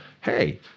Hey